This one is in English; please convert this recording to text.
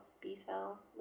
B-cell